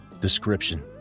Description